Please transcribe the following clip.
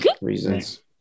reasons